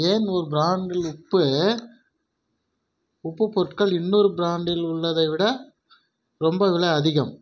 ஏன் ஒரு பிராண்ட் உப்பு உப்பு பொருட்கள் இன்னொரு பிராண்டில் உள்ளதை விட ரொம்ப விலை அதிகம்